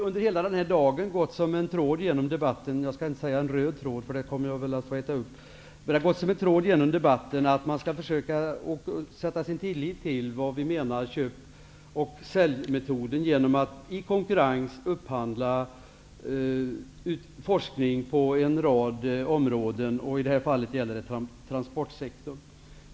Under hela den här dagen har det gått som en tråd -- jag skall inte säga en röd tråd, därför att det skulle jag väl få äta upp -- genom debatten att man skall försöka att sätta sin tillit till köp och säljmetoden, genom att i konkurrens upphandla forskning på en rad områden. I det här fallet gäller det transportsektorn.